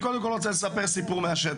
קודם כל אני רוצה לספר סיפור מהשטח,